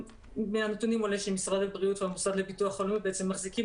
מהנתונים עולה שמשרד הבריאות והמוסד לביטוח לאומי מחזיקים